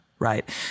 Right